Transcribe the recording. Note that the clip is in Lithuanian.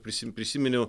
prisim prisiminiau